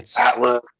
Atlas